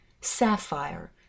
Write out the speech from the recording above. sapphire